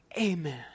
Amen